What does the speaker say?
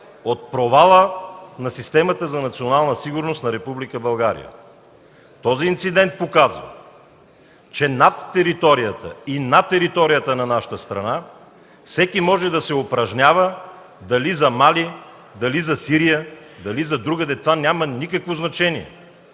от провала на системата за национална сигурност на Република България. Този инцидент показва, че над територията и на територията на нашата страна всеки може да се упражнява – дали за Мали, дали за Сирия, дали за другаде. Това няма никакво значение.